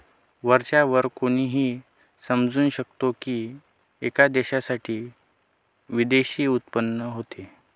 वरच्या वर कोणीही समजू शकतो की, एका देशासाठी विदेशी उत्पन्न होत